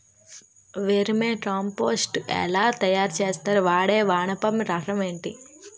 Vermi compost ఎలా తయారు చేస్తారు? వాడే వానపము రకం ఏంటి?